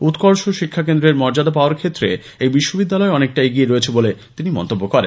উৎকর্ষ কেন্দ্র শিক্ষাকেন্দ্রের মর্যাদা পাওয়ার ক্ষেত্রে এই বিশ্ববিদ্যালয় অনেকটাই এগিয়ে রয়েছে বলে তিনি মন্তব্য করেন